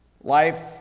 Life